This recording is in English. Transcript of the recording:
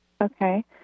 Okay